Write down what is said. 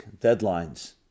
deadlines